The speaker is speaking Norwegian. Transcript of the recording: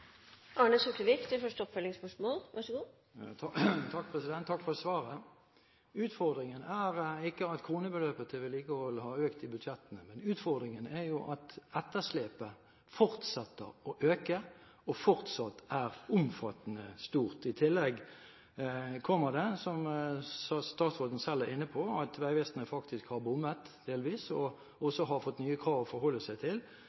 Takk for svaret. Utfordringen er ikke at kronebeløpet til vedlikehold har økt i budsjettene, men at etterslepet fortsetter å øke og fortsatt er omfattende stort. I tillegg kommer det – som statsråden selv var inne på – at Vegvesenet faktisk har bommet, delvis, og også har fått nye krav å forholde seg til,